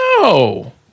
No